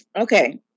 Okay